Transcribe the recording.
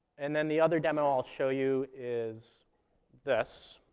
and then the other demo i'll show you is this.